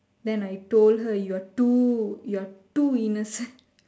then I told her you're too you're too innocent